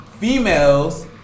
females